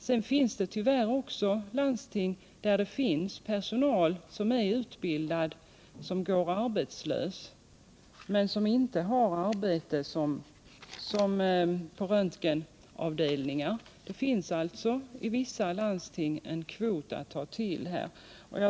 I några landsting finns det utbildad personal som går arbetslös eller som inte har arbete på röntgenavdelningar. Där finns alltså en kvot att ta till.